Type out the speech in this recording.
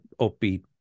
upbeat